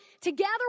together